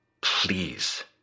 Please